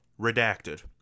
redacted